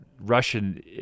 Russian